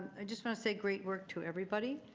i just want to say great work to everybody,